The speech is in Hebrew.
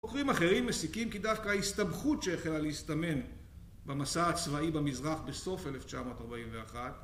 חוקרים אחרים מסיקים כי דווקא ההסתבכות שהחלה להסתמן במסע הצבאי במזרח בסוף 1941